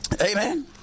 Amen